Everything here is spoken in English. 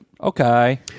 Okay